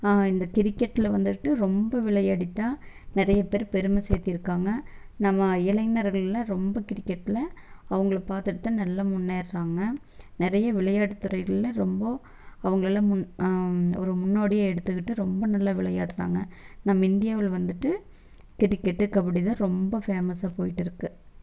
இந்த கிரிக்கெட்டில் வந்துட்டு ரொம்ப விளையாடி தான் நிறைய பேர் பெருமை சேர்த்திருக்காங்க நம்ம இளைஞர்கள்லாம் ரொம்ப கிரிக்கெட்டில் அவங்கள பார்த்துட்டு தான் நல்லா முன்னேறுறாங்க நிறைய விளையாட்டு துறைகள்ல ரொம்ப அவங்களலாம் மு ஒரு முன்னோடியாக எடுத்துக்கிட்டு ரொம்ப நல்லா விளையாடுகிறாங்க நம்ம இந்தியாவில் வந்துட்டு கிரிக்கெட்டு கபடி தான் ரொம்ப ஃபேமஸாக போய்ட்டு இருக்குது